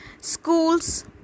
schools